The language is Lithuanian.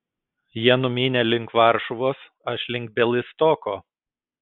jie numynė link varšuvos aš link bialystoko